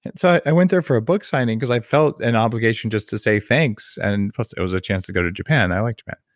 and so, i went there for a book signing because i felt an obligation just to say thanks, and plus it was a chance to go to japan. i like japan.